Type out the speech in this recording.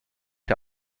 der